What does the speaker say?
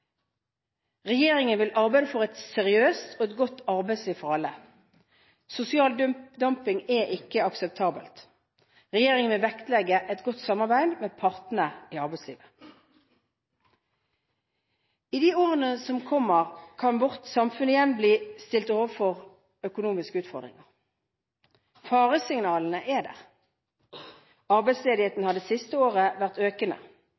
Regjeringen vil arbeide for et seriøst og godt arbeidsliv for alle. Sosial dumping er ikke akseptabelt. Regjeringen vil vektlegge et godt samarbeid med partene i arbeidslivet. I årene som kommer kan vårt samfunn igjen bli stilt overfor økonomiske utfordringer. Faresignalene er der. Arbeidsledigheten har det siste året vært økende.